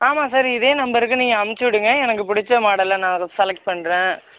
ஆமாம் சார் இதே நம்பருக்கு நீங்கள் அமிச்சு விடுங்க எனக்கு பிடிச்ச மாடலை நான் செலக்ட் பண்ணுறேன்